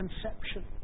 conception